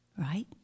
Right